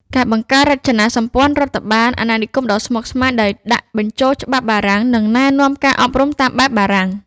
ការបង្កើតរចនាសម្ព័ន្ធរដ្ឋបាលអាណានិគមដ៏ស្មុគស្មាញ ដោយដាក់បញ្ចូលច្បាប់បារាំង និងណែនាំការអប់រំតាមបែបបារាំង។